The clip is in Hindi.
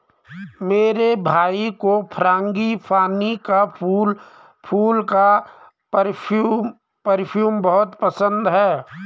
मेरे भाई को फ्रांगीपानी फूल का परफ्यूम बहुत पसंद है